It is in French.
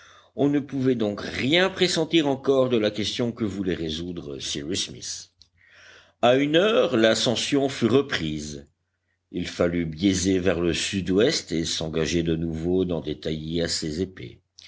on ne pouvait donc rien pressentir encore de la question que voulait résoudre cyrus smith à une heure l'ascension fut reprise il fallut biaiser vers le sud-ouest et s'engager de nouveau dans des